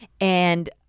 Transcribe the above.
And-